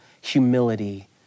humility